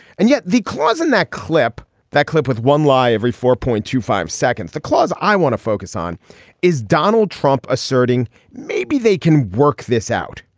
and yet the clause in that clip that clip with one lie every four point to five seconds the clause. i want to focus on is donald trump asserting maybe they can work this out.